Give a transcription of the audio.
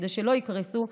כדי שלא יקרסו,